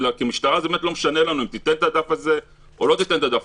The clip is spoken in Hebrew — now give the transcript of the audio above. כמשטרה זה באמת לא משנה לנו אם תיתן את הדף הזה או לא תיתן אותו,